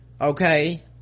okay